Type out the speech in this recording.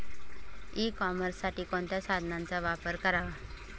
E कॉमर्ससाठी कोणत्या साधनांचा वापर करावा?